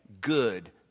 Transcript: good